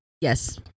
yes